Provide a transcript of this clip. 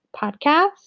podcast